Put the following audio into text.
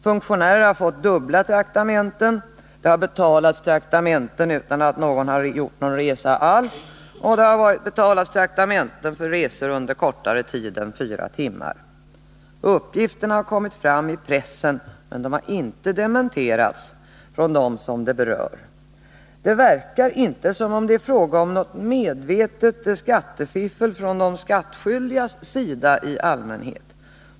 Funktionärer har fått dubbla traktamenten, det har betalats traktamenten utan att någon gjort någon resa alls och det har betalats traktamenten för resor under kortare tid än fyra timmar. Uppgifterna har kommit fram i pressen, men de har inte dementerats av dem som berörs. Det verkar inte som om det i allmänhet är fråga om något medvetet skattefiffel från de skattskyldigas sida.